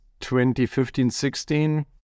2015-16